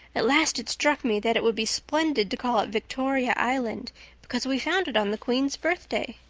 at last it struck me that it would be splendid to call it victoria island because we found it on the queen's birthday.